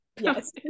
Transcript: yes